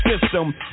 system